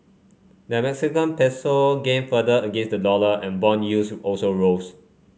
the Mexican peso gained further against the dollar and bond yields also rose